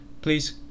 Please